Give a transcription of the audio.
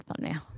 thumbnail